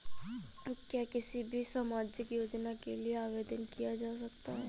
क्या किसी भी सामाजिक योजना के लिए आवेदन किया जा सकता है?